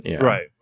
right